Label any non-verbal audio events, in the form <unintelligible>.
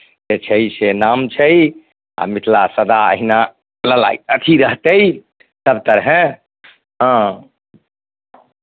जे छै से नाम छै आ मिथिला सदा अहिना <unintelligible> अथी रहतै सभ तरहेँ हँ